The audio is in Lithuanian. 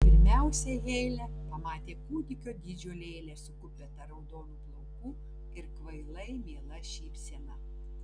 pirmiausia heile pamatė kūdikio dydžio lėlę su kupeta raudonų plaukų ir kvailai miela šypsena